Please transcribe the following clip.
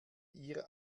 ihr